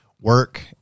work